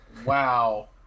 Wow